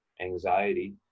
anxiety